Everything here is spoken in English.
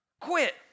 quit